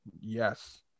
Yes